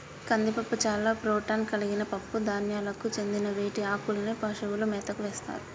కందిపప్పు చాలా ప్రోటాన్ కలిగిన పప్పు ధాన్యాలకు చెందిన వీటి ఆకుల్ని పశువుల మేతకు వేస్తారు